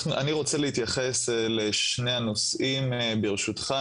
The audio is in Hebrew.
אני רוצה להתייחס לשני הנושאים, ברשותך.